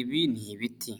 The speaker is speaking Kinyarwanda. Ibi ni ibiti,